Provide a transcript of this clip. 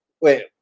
Wait